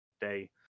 day